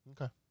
Okay